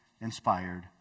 inspired